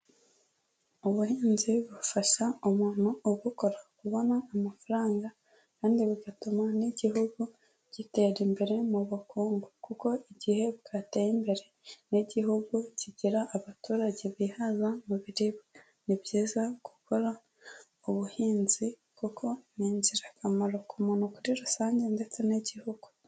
Ubuhinzi bufasha umuntu ubukora. Kubona amafaranga, kandi bugatuma n'igihugu, gitera imbere mu bukungu. Kuko igihe bwateye imbere, n'igihugu kigira abaturage bihaza mu biribwa. Ni byiza gukora ubuhinzi, kuko ni ingirakamaro ku muntu kuri rusange ndetse n'igihugu.